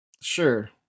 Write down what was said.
sure